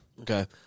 Okay